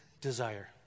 desire